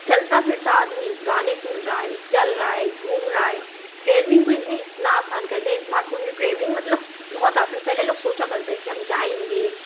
चलता फिरता आदमी गाने सुन रहा है चल रहा है घूम रहा है ट्रैवलिंग तो इतनी इतना आसान कर दिया स्मार्टफोन ने ट्रैवलिंग मतलब बहुत आस पहले लोग सोचा करते कि हम जाएंगे